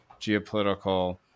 geopolitical